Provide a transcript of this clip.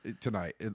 tonight